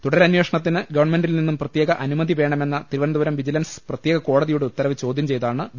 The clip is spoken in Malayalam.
തുടരമ്പേഷണത്തിന് ഗവൺമെന്റിൽ നിന്നും പ്രത്യേക അനുമതി വേണമെന്ന തിരുവനന്തപുരം വിജിലൻസ് പ്രത്യേക കോടതിയുടെ ഉത്തരവ് ചോദ്യം ചെയ്താണ് വി